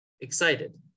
excited